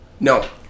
No